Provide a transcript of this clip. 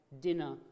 dinner